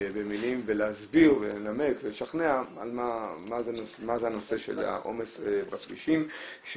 במילים ולהסביר ולנמק ולשכנע מה זה הנושא של העומס בכבישים.